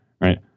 right